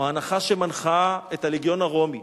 או ההנחה שמנחה את הלגיון הרומי,